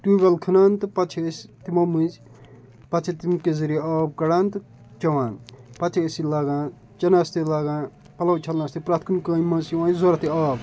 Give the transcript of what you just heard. tube well کھَنان تہٕ پَتہٕ چھِ أسۍ تِمو مٔنٛزۍ پَتہٕ چھِ تَمکہِ ذٔریہِ آب کَڑان تہٕ چٮ۪وان پَتہٕ چھِ أسۍ یہِ لاگان چٮ۪نَس تہِ لاگان پَلو چھَلنَس تہِ پرٛٮ۪تھ کُنہِ کامہِ منٛز چھِ یِوان یہِ ضوٚرَتھ یہِ آب